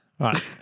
Right